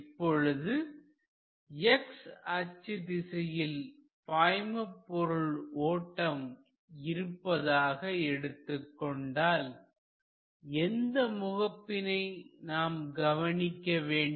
இப்பொழுது x அச்சு திசையில் பாய்மபொருள் ஓட்டம் இருப்பதாக எடுத்துக் கொண்டால் எந்த முகப்பினை நாம் கவனிக்க வேண்டும்